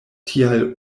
tial